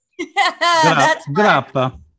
Grappa